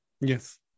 Yes